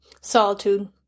solitude